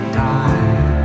die